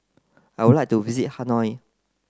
I would like to visit Hanoi